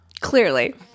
clearly